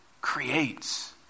creates